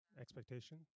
Expectation